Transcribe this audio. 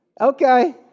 Okay